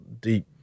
deep